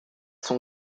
sont